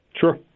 Sure